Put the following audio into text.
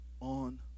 on